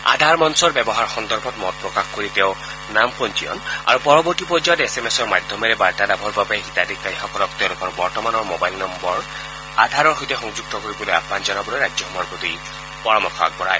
আধাৰ মঞ্চৰ ব্যৱহাৰ সন্দৰ্ভত মত প্ৰকাশ কৰি তেওঁ নাম পঞ্জীয়নৰ বাবে আৰু পৰৱৰ্তী পৰ্যায়ত এছ এম এছ ৰ মাধ্যমেৰে বাৰ্তা লাভৰ বাবে হিতাধিকাৰীসকলক তেওঁলোকৰ বৰ্তমানৰ মোবাইল নম্বৰ আধাৰৰ সৈতে সংযুক্ত কৰিবলৈ আহান জনাবলৈ ৰাজ্যসমূহৰ প্ৰতি পৰামৰ্শ আগবঢ়ায়